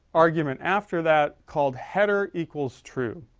argument after that called header equals true.